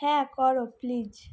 হ্যাঁ করো প্লিজ